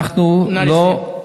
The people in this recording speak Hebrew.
נא לסיים.